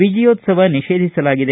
ವಿಜಯೋತ್ಸವ ನಿಷೇಧಿಸಲಾಗಿದೆ